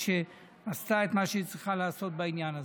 ואני מודה לכנסת שעשתה את מה שהיא צריכה לעשות בעניין הזה.